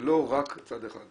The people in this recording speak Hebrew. זה לא רק צד אחד,